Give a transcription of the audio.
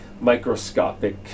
microscopic